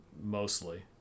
mostly